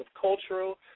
cultural